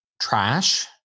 trash